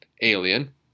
alien